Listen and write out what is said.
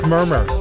Murmur